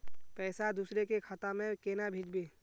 पैसा दूसरे के खाता में केना भेजबे?